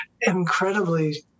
incredibly